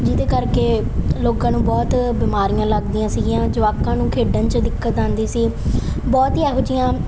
ਜਿਹਦੇ ਕਰਕੇ ਲੋਕਾਂ ਨੂੰ ਬਹੁਤ ਬਿਮਾਰੀਆਂ ਲੱਗਦੀਆਂ ਸੀਗੀਆਂ ਜਵਾਕਾਂ ਨੂੰ ਖੇਡਣ 'ਚ ਦਿੱਕਤ ਆਉਂਦੀ ਸੀ ਬਹੁਤ ਹੀ ਇਹੋ ਜਿਹੀਆਂ